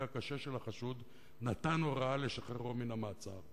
הקשה של החשוד נתן הוראה לשחררו מן המעצר?